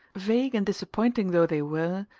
vague and disappointing though they were,